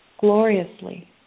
gloriously